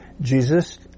Jesus